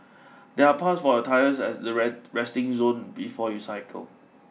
there are pumps for your tyres at the resting zone before you cycle